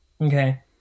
okay